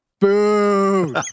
Boo